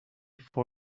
for